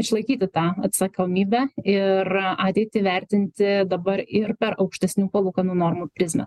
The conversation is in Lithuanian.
išlaikyti tą atsakomybę ir ateitį vertinti dabar ir per aukštesnių palūkanų normų prizmę